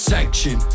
Sanction